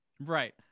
right